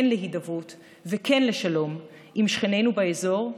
כן להידברות וכן לשלום עם שכנינו באזור,